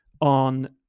on